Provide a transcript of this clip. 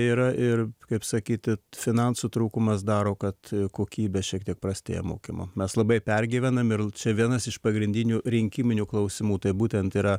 yra ir kaip sakyti finansų trūkumas daro kad kokybė šiek tiek prastėja mokymo mes labai pergyvenam ir čia vienas iš pagrindinių rinkiminių klausimų tai būtent yra